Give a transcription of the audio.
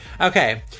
Okay